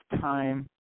time